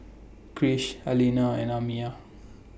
Krish Alina and Amiah